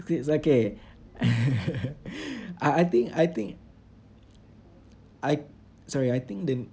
it's okay I I think I think I sorry I think the